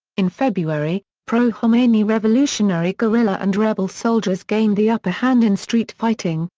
in february, pro-khomeini revolutionary guerrilla and rebel soldiers gained the upper hand in street fighting,